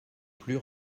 plus